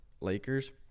Lakers